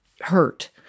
hurt